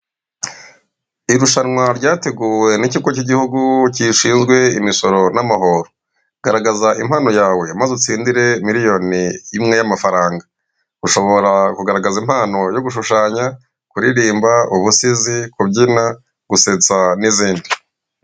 Irushanwa ryateguwe n'ikigo cy'igihugu gishinzwe imisoro n'amahoro, garagaza impano yawe maze utsindire miliyoni imwe y'amafaranga ushobora kugaragaza impano yo gushushanya, kuririmba ,ubusizi, kubyina ,gusetsa n'izindi .